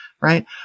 right